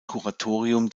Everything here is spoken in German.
kuratorium